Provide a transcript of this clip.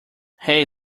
hey